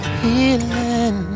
healing